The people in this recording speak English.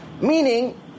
Meaning